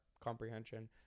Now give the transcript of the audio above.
comprehension